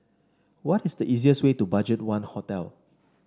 what is the easiest way to BudgetOne Hotel